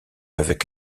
avec